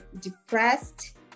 depressed